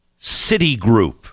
Citigroup